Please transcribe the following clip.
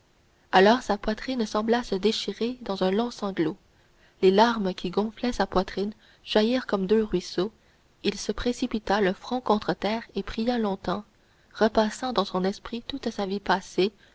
alors sa poitrine sembla se déchirer dans un long sanglot les larmes qui gonflaient sa poitrine jaillirent comme deux ruisseaux il se précipita le front contre terre et pria longtemps repassant dans son esprit toute sa vie passée